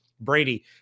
Brady